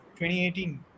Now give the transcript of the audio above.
2018